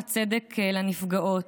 הצדק לנפגעות.